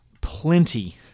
plenty